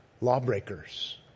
lawbreakers